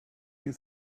you